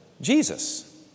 Jesus